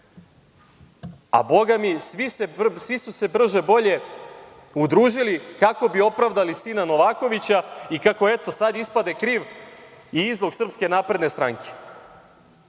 a Boga mi svi su se brže bolje udružili kako bi opravdali sina Novakovića, i kako eto sad ispade kriv i izlog SNS.Postavlja se pitanje